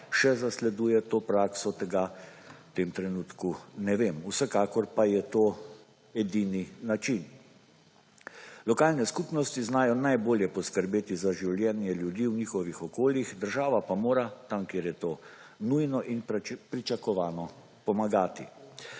še zasleduje to prakso tega v tem trenutku ne vem vsekakor pa je to edini način. Lokalne skupnosti znajo najbolje poskrbeti za življenje ljudi v njihovih okoljih država pa mora tam, kjer je to nujno in pričakovano pomagati,